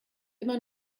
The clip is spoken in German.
immer